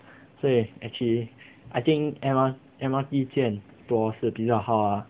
所以 actually I think M_R~M_R_T 建 to 我是比较好啊